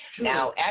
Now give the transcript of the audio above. Now